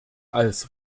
als